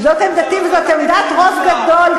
זאת עמדתי וזאת עמדת רוב גדול,